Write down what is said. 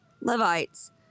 Levites